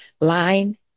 line